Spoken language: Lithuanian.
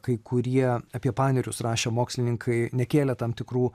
kai kurie apie panerius rašę mokslininkai nekėlė tam tikrų